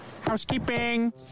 Housekeeping